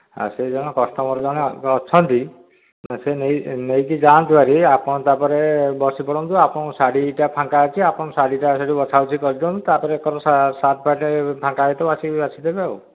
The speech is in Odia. ଆଉ ସେଇ ଜଣେ କସ୍ଟମର୍ ଜଣେ ଅଛନ୍ତି ସେ ନେଇ ନେଇକି ଯାଆନ୍ତୁ ଭାରି ଆପଣ ତା'ପରେ ବସି ପଡ଼ନ୍ତୁ ଆପଣଙ୍କ ଶାଢ଼ୀଟା ଫାଙ୍କା ଅଛି ଆପଣଙ୍କ ଶାଢ଼ୀଟା ସେଠି ବଛା ବାଛି କରିଦିଆନ୍ତୁ ତା'ପରେ ଏକଡେ ସାର୍ଟ୍ ଫାର୍ଟ୍ ଫାଙ୍କା ହୋଇଥିବ ଆସିକି ବାଛି ଦେବେ ଆଉ